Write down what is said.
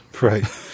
right